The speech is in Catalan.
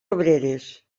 obreres